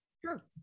sure